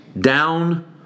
down